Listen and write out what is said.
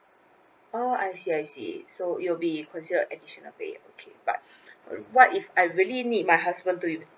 oh I see I see so it will be considered additional paid okay but what if I really need my husband to